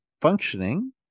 functioning